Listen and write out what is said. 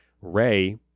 Ray